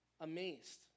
amazed